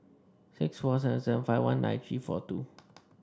six four seven seven five one nine three four two